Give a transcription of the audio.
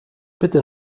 bitte